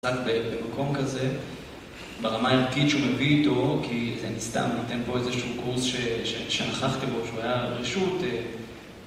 ...במקום כזה, ברמה הערכית שהוא מביא איתו, כי אני סתם נותן פה איזשהו קורס שנכחתי בו, שהוא היה רשות..